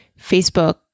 Facebook